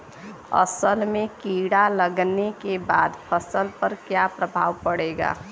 असल में कीड़ा लगने के बाद फसल पर क्या प्रभाव पड़ेगा?